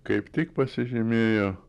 kaip tik pasižymėjo